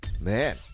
man